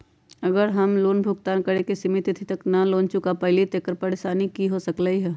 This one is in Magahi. अगर हम लोन भुगतान करे के सिमित तिथि तक लोन न चुका पईली त की की परेशानी हो सकलई ह?